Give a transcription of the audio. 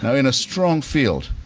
so in a strong field,